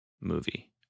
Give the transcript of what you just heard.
movie